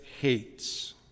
hates